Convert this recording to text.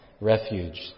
refuge